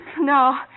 No